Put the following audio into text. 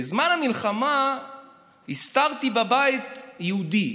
בזמן המלחמה הסתרתי בבית יהודי,